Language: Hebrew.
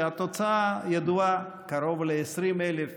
והתוצאה ידועה: קרוב ל-20,000